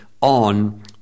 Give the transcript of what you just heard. on